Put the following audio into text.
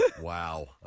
Wow